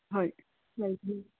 ꯍꯣꯏ ꯂꯩꯅꯤ